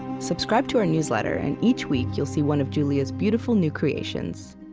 subscribe to our newsletter, and each week, you'll see one of julia's beautiful new creations.